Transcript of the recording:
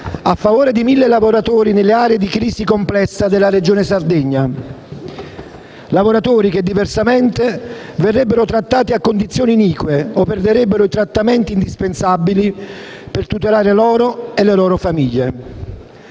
a favore di mille lavoratori nelle aree di crisi complessa della Regione Sardegna; lavoratori che, diversamente, verrebbero trattati a condizioni inique o perderebbero i trattamenti indispensabili per tutelare loro stessi e le loro famiglie.